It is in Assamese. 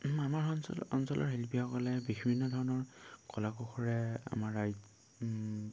আমাৰ অঞ্চল অঞ্চলৰ শিল্পীসকলে বিভিন্ন ধৰণৰ কলা কৌশলে আমাৰ ৰা